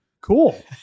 Cool